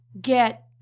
get